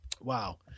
Wow